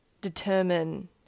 determine